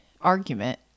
argument